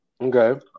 Okay